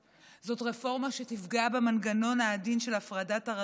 זאת רפורמה שתפגע במנגנון העדין של הפרדת הרשויות